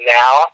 now